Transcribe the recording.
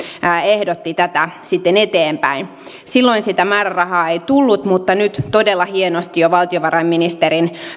ehdotti tätä sitten eteenpäin silloin sitä määrärahaa ei tullut mutta nyt todella hienosti jo valtiovarainministerin